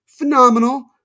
Phenomenal